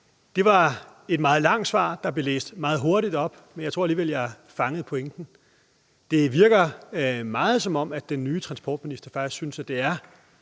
Det var et meget langt svar, der blev læst meget hurtigt op, men jeg tror alligevel, at jeg fangede pointen. Det virker meget, som om den nye transportminister faktisk synes, det er